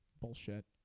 Bullshit